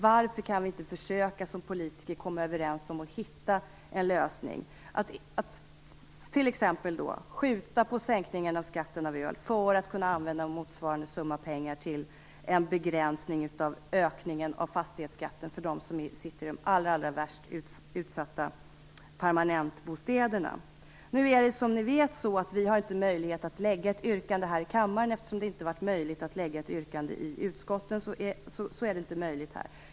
Varför kan vi inte som politiker försöka komma överens om att hitta en lösning, t.ex. att skjuta på sänkningen av skatten på öl för att kunna använda motsvarande summa pengar till en begränsning av ökningen av fastighetsskatten för dem som bor i de allra värst utsatta permanentbostäderna. Nu har vi som ni vet inte möjlighet att framställa ett yrkande här i kammaren. Eftersom det inte har varit möjligt att framställa ett yrkande i utskotten så är det inte möjligt här.